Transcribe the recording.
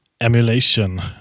emulation